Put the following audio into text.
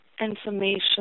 information